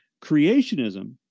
Creationism